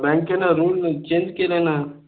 बँकने rule न change केले ना